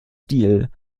stil